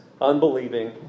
unbelieving